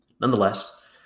Nonetheless